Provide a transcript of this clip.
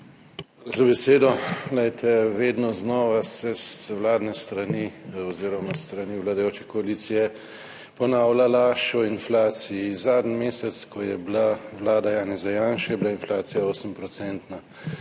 za besedo. Vedno znova se z vladne strani oziroma s strani vladajoče koalicije ponavlja laž o inflaciji. Zadnji mesec, ko je bila vlada Janeza Janše, je bila inflacija 8 %.